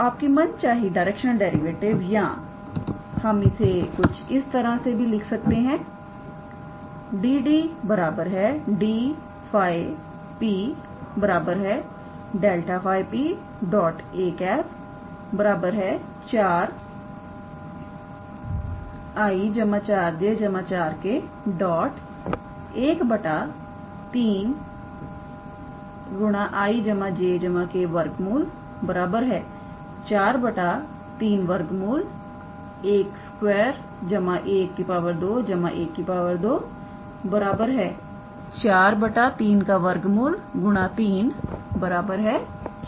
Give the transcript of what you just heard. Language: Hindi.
तोआपकी मनचाही डायरेक्शनल डेरिवेटिव या हम इसे कुछ इस तरह से लिख सकते हैं 𝐷𝐷 𝐷𝜑𝑃 ∇⃗ 𝜑𝑃 𝑎̂ 4𝑖̂ 𝑗̂ 𝑘̂ 1 √3 𝑖̂ 𝑗̂ 𝑘̂ 4 √3 1 2 1 2 1 2 4 √3 3 4√3